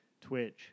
Twitch